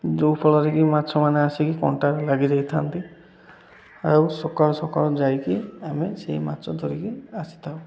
ଯେଉଁଫଳରେ କିି ମାଛମାନେ ଆସିକି କଣ୍ଟା ଲାଗିଯାଇଥାନ୍ତି ଆଉ ସକାଳୁ ସକାଳୁ ଯାଇକି ଆମେ ସେଇ ମାଛ ଧରିକି ଆସିଥାଉ